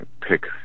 pick